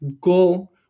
goal